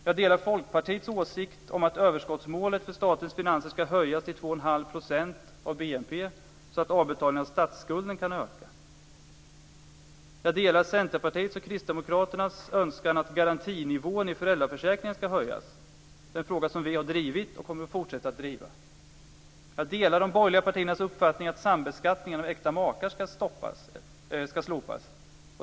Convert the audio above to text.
Jag delar Folkpartiets åsikt om att överskottsmålet för statens finanser ska höjas till 2 1⁄2 % av BNP, så att avbetalningen av statsskulden kan öka. Jag delar Centerpartiets och Kristdemokraternas önskan att garantinivån i föräldraförsäkringen ska höjas. Det är en fråga som vi har drivit och kommer att fortsätta att driva. Jag delar de borgerliga partiernas uppfattning att sambeskattningen av äkta makar ska slopas.